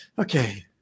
Okay